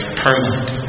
permanent